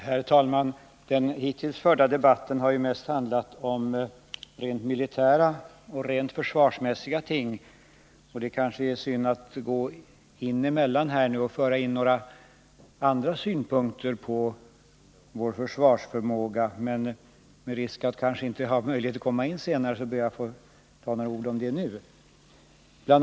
Herr talman! Den hittills förda debatten har mest handlat om rent militära och rent försvarsmässiga ting. Det är kanske synd att här gå emellan och nu föra in några andra synpunkter på vår försvarsförmåga, men jag ber — på grund av risken för att jag inte har möjlighet att komma in senare — att få säga några ord. Bli.